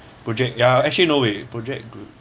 project ya actually no eh project group